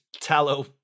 tallow